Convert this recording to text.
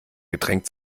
getränk